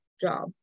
job